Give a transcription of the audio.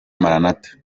maranatha